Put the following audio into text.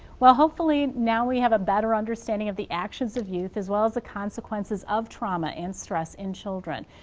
well hopefully now we have a better understanding of the actions of youth as well as the consequences of trauma and stress in children.